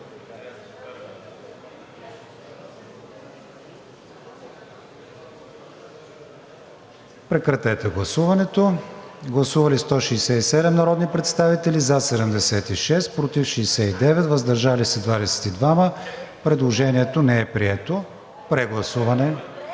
излъчвани по БНТ 1. Гласували 167 народни представители: за 76, против 69, въздържали се 22. Предложението не е прието. Прегласуване.